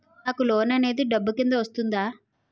నాకు లోన్ అనేది డబ్బు కిందా వస్తుందా?